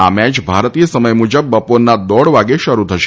આ મેચ ભારતીય સમય મુજબ બપોરના દોઢ વાગ્યે શરૂ થશે